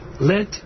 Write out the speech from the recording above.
Let